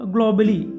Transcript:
Globally